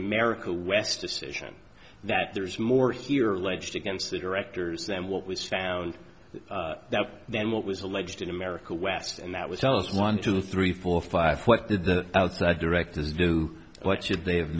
america west decision that there is more here alleged against the directors and what was found than what was alleged in america west and that was tell us one two three four five what did the outside directors do what should they have